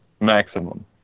maximum